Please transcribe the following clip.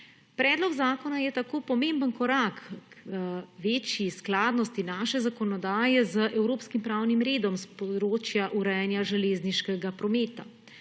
Predlog zakona je tako pomemben korak k večji skladnosti naše zakonodaje z evropskim pravnim redom s področja urejanja železniškega prometa.